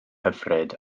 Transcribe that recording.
hyfryd